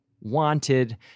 wanted